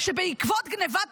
שבעקבות גנבת האפוד,